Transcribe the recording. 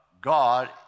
God